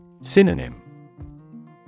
Synonym